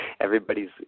everybody's